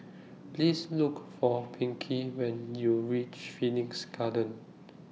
Please Look For Pinkie when YOU REACH Phoenix Garden